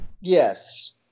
Yes